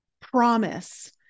promise